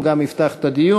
והוא גם יפתח את הדיון.